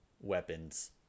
weapons